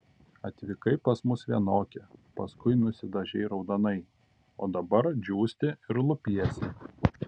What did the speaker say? atvykai pas mus vienokia paskui nusidažei raudonai o dabar džiūsti ir lupiesi